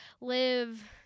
live